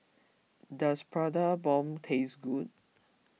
does Prata Bomb taste good